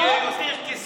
אז יהיה יותר כסף,